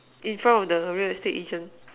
in front of the real estate agent